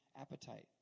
appetite